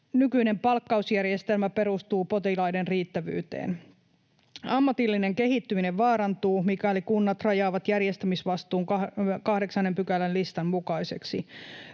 Nykyinen palkkausjärjestelmä perustuu potilaiden riittävyyteen. Ammatillinen kehittyminen vaarantuu, mikäli kunnat rajaavat järjestämisvastuun 8 §:n listan mukaiseksi.